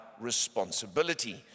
responsibility